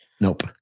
Nope